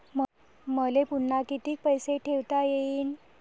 मले पुन्हा कितीक पैसे ठेवता येईन?